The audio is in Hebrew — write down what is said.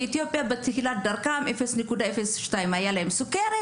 אתיופיה בתחילת דרכם 0.02% הייתה להם סוכרת,